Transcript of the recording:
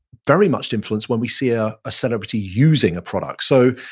very much influenced when we see ah a celebrity using a product. so,